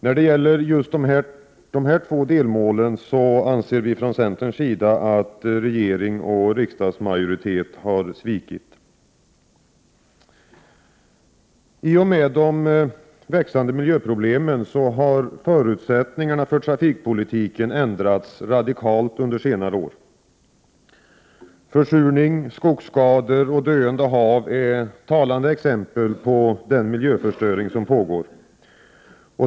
När det gäller dessa båda delmål anser centern att regeringen och riksdagsmajoriteten har svikit. I och med de växande miljöproblemen har förutsättningarna för trafikpolitiken ändrats radikalt under senare år. Försurning, skogsskador och döende hav är talande exempel på den miljöförstöring som pågår.